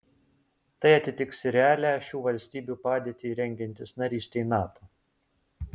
tai atitiks realią šių valstybių padėtį rengiantis narystei nato